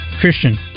Christian